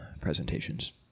presentations